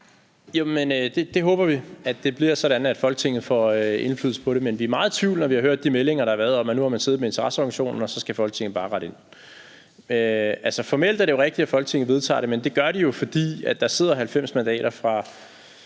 det bliver sådan, at Folketinget får indflydelse på det. Men vi er meget i tvivl, når vi har hørt de meldinger, der har været, om, at nu har man siddet med interesseorganisationen, og så skal Folketinget bare rette ind. Formelt er det jo rigtigt, at Folketinget vedtager det, men det gør vi jo, fordi der sidder 90 mandater –